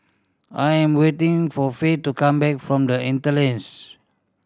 I am waiting for Faye to come back from The Interlace